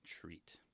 treat